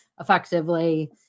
effectively